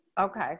Okay